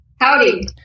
Howdy